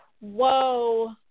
whoa